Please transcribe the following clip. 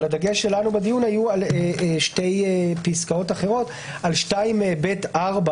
הדגש שלנו בדיון היה על שתי פסקאות אחרות שהן: 2ב(4),